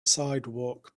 sidewalk